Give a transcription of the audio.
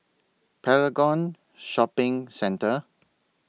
Paragon Shopping Centre